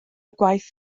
gwaith